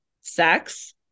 sex